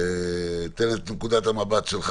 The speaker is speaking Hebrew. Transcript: תן את נקודת המבט שלך.